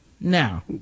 now